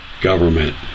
government